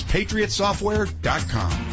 PatriotSoftware.com